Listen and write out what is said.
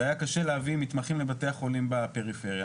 שהיה קשה להביא מתמחים לבתי החולים בפריפריה.